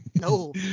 no